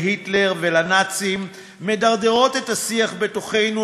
להיטלר ולנאצים מדרדרת את השיח בתוכנו